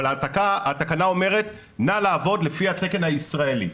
אבל התקנה אומרת נא לעבוד לפי התקן הישראלי.